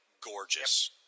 gorgeous